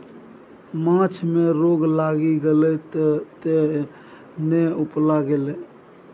माछ मे रोग लागि गेलै तें ने उपला गेलै